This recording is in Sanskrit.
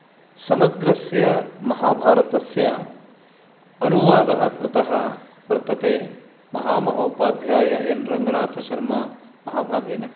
समग्रस्य महाभारतस्य अनुवादः कृतः वर्तते महामहोपाध्याय एन् रङ्गनाथशर्मा महाभागेन